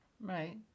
Right